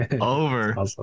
over